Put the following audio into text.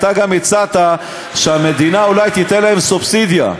אתה גם הצעת שהמדינה אולי תיתן להם סובסידיה.